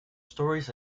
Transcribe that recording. stories